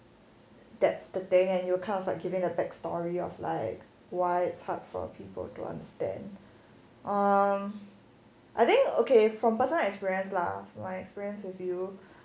that's the thing and you are kind of like giving the back story of like why it's hard for people to understand um I think okay from personal experience lah my experience with you